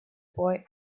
boy